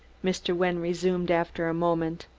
mr. wynne resumed after a moment.